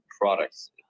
products